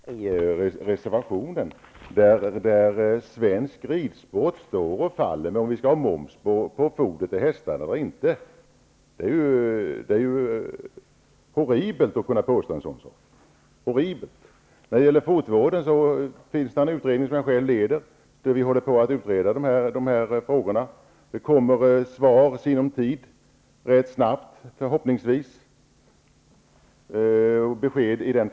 Herr talman! Jag är mycket väl medveten om vem som har motionerat. Jag reagerade för texten i reservationen där det står att svensk ridsport står och faller med om vi skall ha moms på foder till hästar eller inte. Det är ju horribelt att påstå en sådan sak. När det gäller fotvården finns det en utredning som jag själv leder, där vi håller på att utreda dessa frågor. Det kommer svar i sinom tid, förhoppningsvis ganska snabbt.